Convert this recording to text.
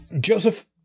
Joseph